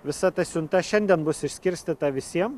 visa ta siunta šiandien bus išskirstyta visiem